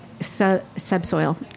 subsoil